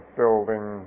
building